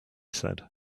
said